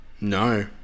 No